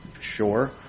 Sure